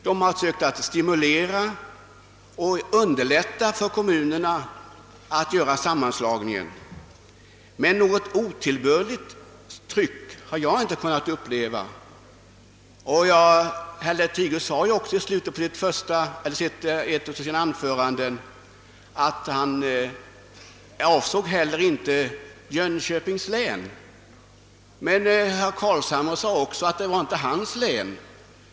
De har sökt stimulera och underlätta för kommunerna att göra sammanslagningen, men något otillbörligt tryck har jag inte kunnat märka; herr Lothigius sade också i ett av sina anföranden att han inte avsåg Jönköpings län. Men även herr Carlshamre sade att det inte gällde hans län.